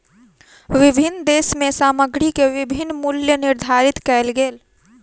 विभिन्न देश में सामग्री के विभिन्न मूल्य निर्धारित कएल गेल